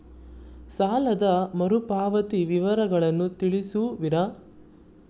ಸಾಲದ ಮರುಪಾವತಿ ವಿವರಗಳನ್ನು ತಿಳಿಸುವಿರಾ?